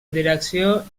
direcció